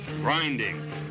grinding